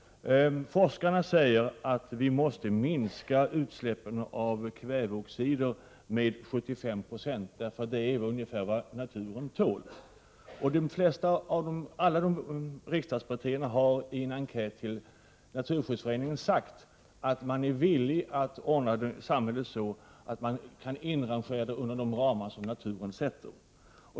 Forskarna säger att vi måste minska utsläppen av kväveoxider med 75 96 — då kommer vi ned i ungefär de mängder som naturen tål. Alla riksdagspartierna har i en enkät från Naturskyddsföreningen svarat att man är villig att ordna samhället så att vi håller oss inom de gränser som naturen sätter.